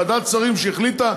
ועדת שרים שהחליטה,